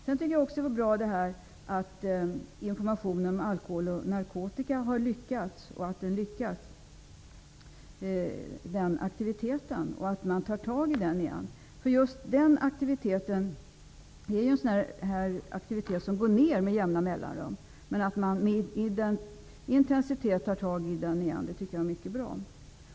Det är bra att man har lyckats med informationen om narkotika och alkohol. Det är bra att man åter tagit upp den aktiviteten. Det är just sådan aktivitet som minskar med jämna mellanrum. Att man nu med intensitet satt i gång med den är mycket bra.